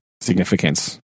significance